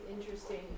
interesting